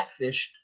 catfished